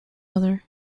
other